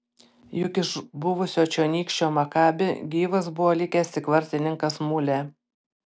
juk iš buvusio čionykščio makabi gyvas buvo likęs tik vartininkas mulė